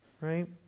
right